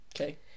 okay